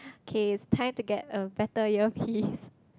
okay it's time to get a better earpiece